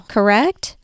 Correct